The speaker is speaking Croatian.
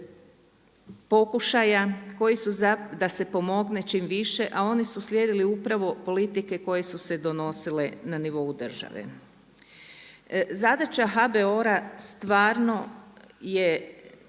raznih pokušaja koji su za da se pomogne čim više, a oni su slijedili upravo politike koje su se donosile na nivou države. Zadaća HBOR-a stvarno je